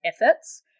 efforts